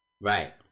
right